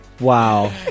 Wow